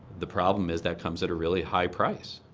the problem is that comes at a really high price.